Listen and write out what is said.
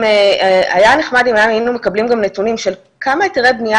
היה נחמד אם היינו מקבלים גם נתונים של כמה היתרי בנייה